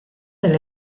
del